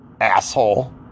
asshole